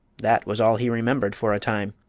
that was all he remembered for a time.